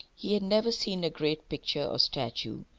he had never seen a great picture or statue,